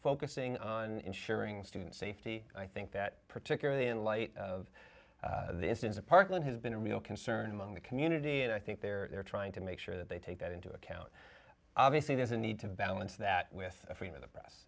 focusing on ensuring student safety i think that particularly in light of the instance of parklane has been a real concern among the community and i think they're trying to make sure that they take that into account obviously there's a need to balance that with freedom of the press